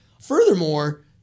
Furthermore